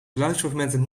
geluidsfragmenten